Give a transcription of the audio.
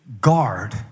guard